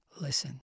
listen